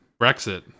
Brexit